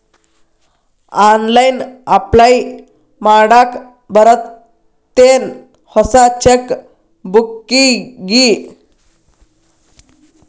online apply ಮಾಡಾಕ್ ಬರತ್ತೇನ್ ಹೊಸ ಚೆಕ್ ಬುಕ್ಕಿಗಿ